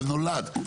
זה נולד.